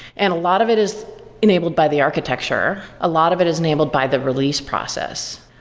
and a lot of it is enabled by the architecture. a lot of it is enabled by the release process.